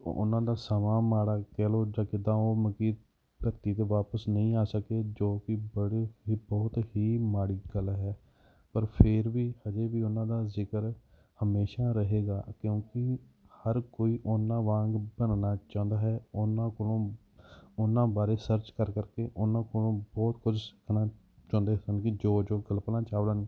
ਉਹਨਾਂ ਦਾ ਸਮਾਂ ਮਾੜਾ ਕਹਿ ਲਓ ਜਾਂ ਕਿੱਦਾਂ ਉਹ ਮ ਕਿ ਧਰਤੀ 'ਤੇ ਵਾਪਸ ਨਹੀਂ ਆ ਸਕੇ ਜੋ ਕਿ ਬੜੇ ਹੀ ਬਹੁਤ ਹੀ ਮਾੜੀ ਗੱਲ ਹੈ ਪਰ ਫਿਰ ਵੀ ਅਜੇ ਵੀ ਉਹਨਾਂ ਦਾ ਜ਼ਿਕਰ ਹਮੇਸ਼ਾ ਰਹੇਗਾ ਕਿਉਂਕਿ ਹਰ ਕੋਈ ਉਹਨਾਂ ਵਾਂਗ ਬਣਨਾ ਚਾਹੁੰਦਾ ਹੈ ਉਹਨਾਂ ਕੋਲੋਂ ਉਹਨਾਂ ਬਾਰੇ ਸਰਚ ਕਰ ਕਰਕੇ ਉਹਨਾਂ ਕੋਲੋਂ ਬਹੁਤ ਕੁਝ ਸਿੱਖਣਾ ਚਾਹੁੰਦੇ ਸਨ ਕਿ ਜੋ ਜੋ ਕਲਪਨਾ ਚਾਵਲਾ ਨੇ